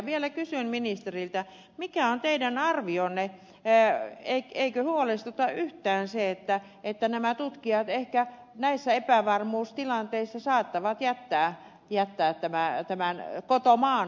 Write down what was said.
vielä kysyn ministeriltä mikä on teidän arvionne eikö huolestuta yhtään se että nämä tutkijat ehkä näissä epävarmuustilanteissa saattavat jättää tämän kotomaan